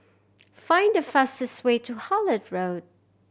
find the fastest way to Hullet Road